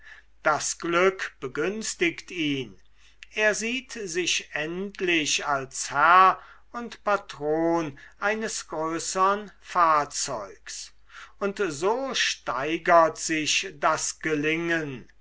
das glück begünstigt ihn er sieht sich endlich als herr und patron eines größern fahrzeugs und so steigert sich das gelingen